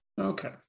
Okay